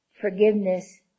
forgiveness